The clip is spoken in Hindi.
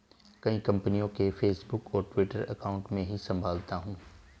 कई कंपनियों के फेसबुक और ट्विटर अकाउंट मैं ही संभालता हूं